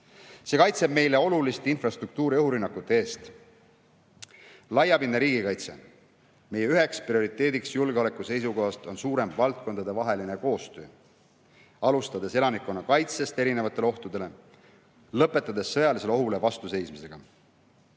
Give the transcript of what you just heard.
See kaitseb meile olulist infrastruktuuri õhurünnakute eest. Laiapindne riigikaitse. Meie üks prioriteet julgeoleku seisukohast on suurem valdkondadevaheline koostöö, alustades elanikkonnakaitsest ja lõpetades sõjalisele ohule vastu seismisega: